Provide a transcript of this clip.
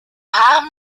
paar